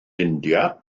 india